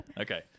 okay